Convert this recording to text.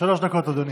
שלוש דקות, אדוני.